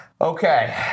Okay